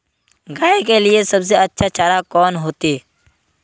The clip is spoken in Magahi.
गाय के लिए सबसे अच्छा चारा कौन होते?